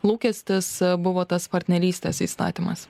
lūkestis buvo tas partnerystės įstatymas